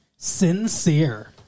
Sincere